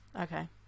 okay